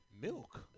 Milk